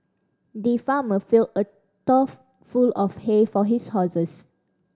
the farmer filled a trough full of hay for his horses